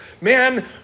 Man